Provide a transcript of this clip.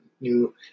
new